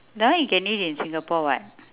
that one you can eat in singapore [what]